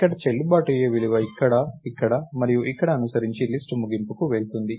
అక్కడ చెల్లుబాటు అయ్యే విలువను ఇక్కడ ఇక్కడ మరియు ఇక్కడ అనుసరించి లిస్ట్ ముగింపుకు వెళుతుంది